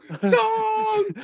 Song